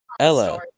Hello